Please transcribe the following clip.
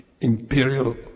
imperial